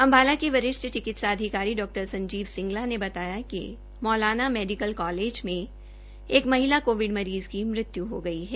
अम्बाला के वरिष्ठ चिकित्सा अधिकारी डा संजीव सिंगला ने बताया कि मौलाना मेडिकल कालेज में एक महिला कोविड मरीज की मृत्यु हो गई है